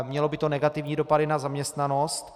Mělo by to negativní dopady na zaměstnanost.